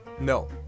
No